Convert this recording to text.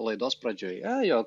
laidos pradžioje jog